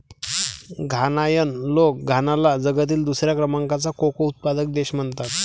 घानायन लोक घानाला जगातील दुसऱ्या क्रमांकाचा कोको उत्पादक देश म्हणतात